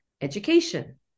education